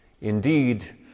Indeed